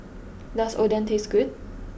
does Oden taste good